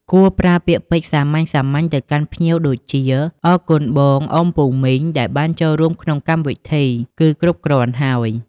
គួរប្រើពាក្យពេចន៍សាមញ្ញៗទៅកាន់ភ្ញៀវដូចជា "អរគុណបង អ៊ុំ ពូ មីង ដែលបានចូលរួមក្នុងកម្មវិធី" គឺគ្រប់គ្រាន់ហើយ។